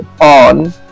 on